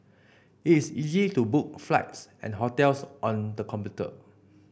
it is easy to book flights and hotels on the computer